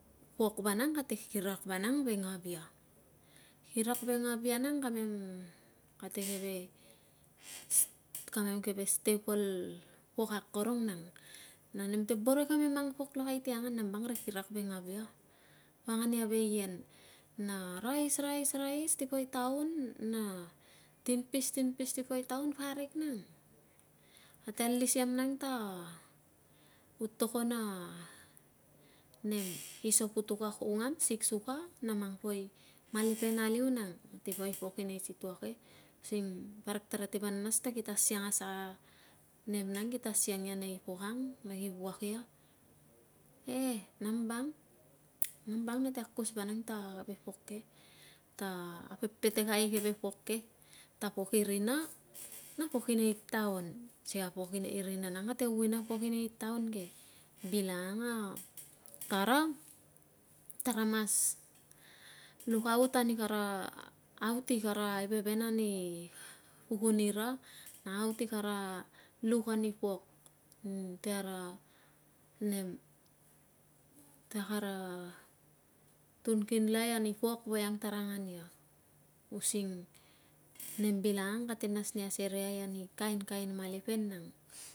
Pok vanang kate kirak ve ngavia kirak ve ngavia nang ka mem kate keve kamen keve staple fok akorong nang na nemte boro imang pok lokai ti angan nambang ri kirak ve ngavia pangan ia ve yen na rais rais ti to ilaun na tinpis tinpis sifoilaun farik nang kate alis iam nag ta ku togon a nem ki soputuk a kungam siksuka na mang poi malepen aliu nang kate ipok inei situa ke sing parik tara te pa nas ta kila siangasa nem nang kila siang nei pokang na ki vuak ia e nambang nambang na te akus vanong ta keve pok ke ta petekai i keve pok ke ta pok i rina na pok i nei ta on ke bilong nei tara tara mas ia kaut ani kara luk i kara aiveven ani pukun ina na aut ikara luk ani pok ng ti ara nem likara tun kin lai ani pok volang tara angan ia using nem bilong kate nas ni aserei ai ani kainkain male pen nang.